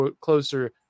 closer